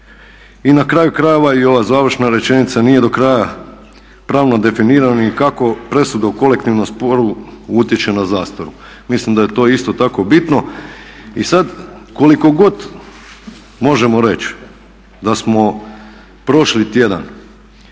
I na kraju krajeva i ova završna rečenica nije do kraja pravno definirana ni kako presuda u kolektivnom sporu utječe na zastaru. Mislim da je to isto tako bitno. I sad koliko god možemo reći da smo prošli tjedan